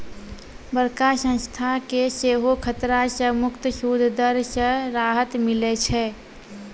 बड़का संस्था के सेहो खतरा से मुक्त सूद दर से राहत मिलै छै